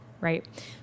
right